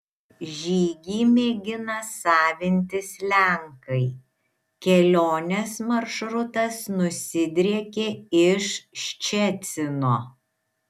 žygį mėgina savintis lenkai kelionės maršrutas nusidriekė iš ščecino